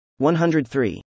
103